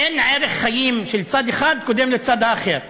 אין ערך חיים של צד אחד קודם לצד האחר.